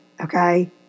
okay